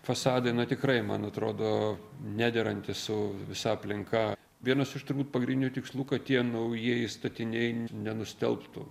fasadai na tikrai man atrodo nederanti su visa aplinka vienas iš turbūt pagrindinių tikslų kad tie naujieji statiniai nenustelbtų